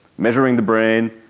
measuring the brain,